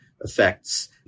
effects